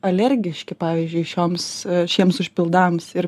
alergiški pavyzdžiui šioms šiems užpildams ir